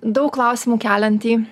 daug klausimų keliantį